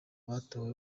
batowe